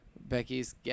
Becky's